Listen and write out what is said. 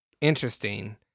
interesting